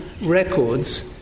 records